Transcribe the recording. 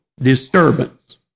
disturbance